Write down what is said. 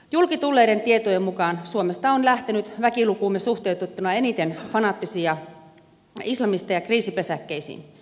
julki tulleiden tietojen mukaan suomesta on lähtenyt väkilukuumme suhteutettuna eniten fanaattisia islamisteja kriisipesäkkeisiin